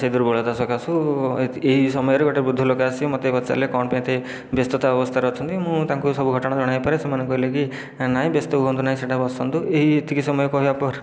ସେହି ଦୁର୍ବଳତା ସକାଶୁ ଏହି ସମୟରେ ଗୋଟିଏ ବୃଦ୍ଧ ଲୋକ ଆସି ମୋତେ ପଚାରିଲେ କ'ଣ ପାଇଁ ଏତେ ବ୍ୟସ୍ତତା ଅବସ୍ତାରେ ଅଛନ୍ତି ମୁଁ ତାଙ୍କୁ ସବୁ ଘଟଣା ଜଣାଇବା ପରେ ସେମାନେ କହିଲେ କି ନାହିଁ ବ୍ୟସ୍ତ ହୁଅନ୍ତୁ ନାହିଁ ସେଠି ବସନ୍ତୁ ଏହି ଏତିକି ସମୟ କହିବା ପରେ